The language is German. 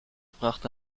brachte